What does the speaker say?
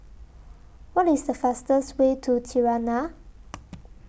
What IS The fastest Way to Tirana